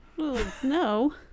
no